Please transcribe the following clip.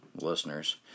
listeners